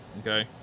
Okay